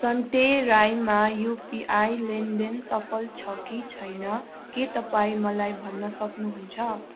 सन्ते राईमा युपिआई लेनदेन सफल छ कि छैन के तपाईँ मलाई भन्न सक्नुहुन्छ